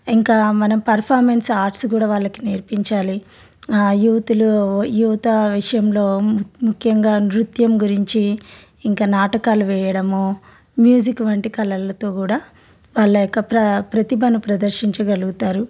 ఇంకా మనం performance arts కూడా వాళ్ళకి నేర్పించాలి యూతులు యువత విషయంలో ము ముఖ్యంగా నృత్యం గురించి ఇంకా నాటకాలు వేయడము మ్యూజిక్ వంటి కలలతో కూడా వాళ్ళ యొక్క ప్ర ప్రతిభను ప్రదర్శించగలుగుతారు